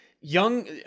young